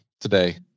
today